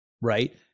right